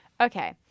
okay